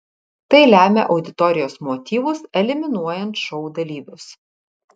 tai lemia auditorijos motyvus eliminuojant šou dalyvius